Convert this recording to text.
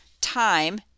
time